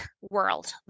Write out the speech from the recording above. world